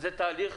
נהפוך הוא.